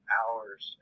hours